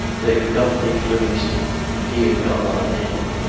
they had got dick livingstone and he had gone on in.